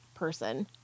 person